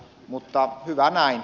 mutta hyvä näin